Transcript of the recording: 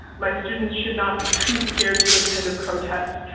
my students should not be too scared to attend a protest,